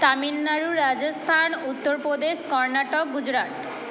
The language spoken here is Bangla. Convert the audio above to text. তামিলনাড়ু রাজস্থান উত্তরপ্রদেশ কর্ণাটক গুজরাট